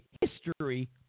history